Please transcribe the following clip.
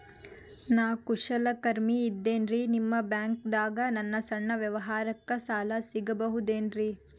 ನಾ ಕುಶಲಕರ್ಮಿ ಇದ್ದೇನ್ರಿ ನಿಮ್ಮ ಬ್ಯಾಂಕ್ ದಾಗ ನನ್ನ ಸಣ್ಣ ವ್ಯವಹಾರಕ್ಕ ಸಾಲ ಸಿಗಬಹುದೇನ್ರಿ?